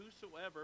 whosoever